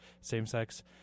same-sex